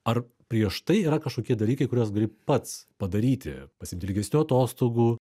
ar prieš tai yra kažkokie dalykai kuriuos gali pats padaryti pasiimt ilgesnių atostogų